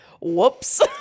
Whoops